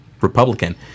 Republican